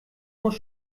muss